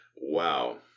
Wow